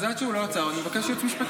אז עד שהוא לא עצר אני מבקש ייעוץ משפטי.